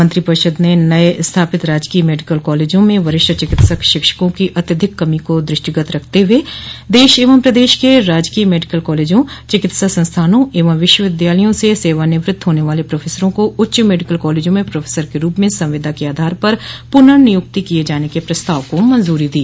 मंत्रिपरिषद ने नये स्थापित राजकीय मेडिकल कॉलेजों में वरिष्ठ चिकित्सक शिक्षकों की अत्यधिक कमी को दृष्टिगत रखते हुए देश एवं प्रदेश के राजकीय मेडिकल कॉलेजों चिकित्सा संस्थानों एवं विश्वविद्यालयों से सेवानिवृत्त होने वाले प्रोफेसरों को उच्च मेडिकल कॉलेजों में प्रोफेसर के रूप में संविदा के आधार पर पुनर्नियुक्ति किये जाने के प्रस्ताव को मंजूरी दी